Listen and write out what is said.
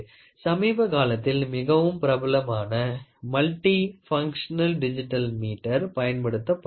சமீப காலத்தில் மிகவும் பிரபலமாக மல்டி பன்க்ஷனள் டிஜிட்டல் மீட்டர் பயன்படுத்தப்படுகின்றது